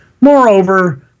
moreover